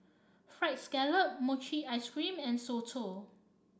Fried Scallop Mochi Ice Cream and Soto